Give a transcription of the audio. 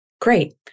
Great